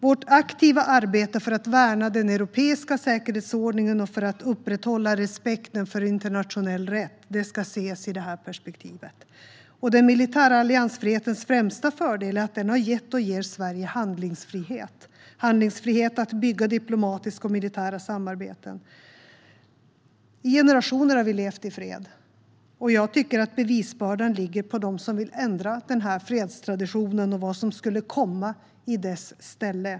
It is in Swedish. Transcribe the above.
Vårt aktiva arbete för att värna den europeiska säkerhetsordningen och upprätthålla respekten för internationell rätt ska ses i det perspektivet, och den militära alliansfrihetens främsta fördel är att den har gett och ger Sverige handlingsfrihet. Vi har handlingsfrihet att bygga diplomatiska och militära samarbeten. I generationer har vi levt i fred. Jag tycker att bevisbördan ligger på dem som vill ändra den fredstraditionen och vad som skulle komma i dess ställe.